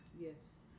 Yes